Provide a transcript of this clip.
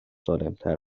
سالمتر